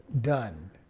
done